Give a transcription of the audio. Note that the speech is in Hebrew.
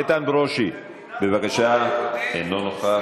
איתן ברושי, בבקשה, אינו נוכח.